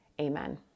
amen